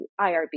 IRB